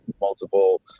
multiple